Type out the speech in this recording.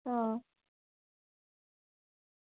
हां